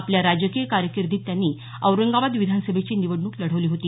आपल्या राजकीय कारकिर्दीत त्यांनी औरंगाबाद विधानसभेची निवडणूक लढवली होती